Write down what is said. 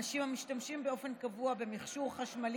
אנשים המשתמשים באופן קבוע במכשור חשמלי